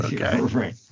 Okay